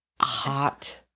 hot